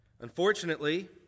Unfortunately